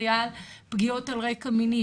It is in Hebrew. היה פגיעות על רקע מיני,